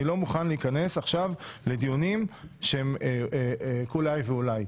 אני לא מוכן להיכנס עכשיו לדיונים שהם כולי האי ואולי,